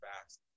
fast